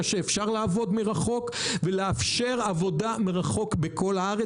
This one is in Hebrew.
שאפשר לעבוד מרחוק ולאפשר עבודה מרחוק בכל הארץ.